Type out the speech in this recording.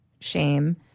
shame